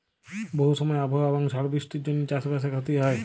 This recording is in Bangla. বহু সময় আবহাওয়া এবং ঝড় বৃষ্টির জনহে চাস বাসে ক্ষতি হয়